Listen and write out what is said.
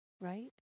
right